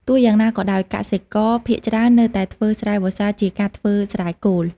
ទោះយ៉ាងណាក៏ដោយ កសិករភាគច្រើននៅតែធ្វើស្រែវស្សាជាការធ្វើស្រែគោល។